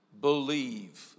Believe